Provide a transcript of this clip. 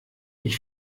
ich